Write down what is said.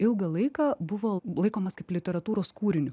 ilgą laiką buvo laikomas kaip literatūros kūriniu